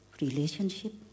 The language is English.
relationship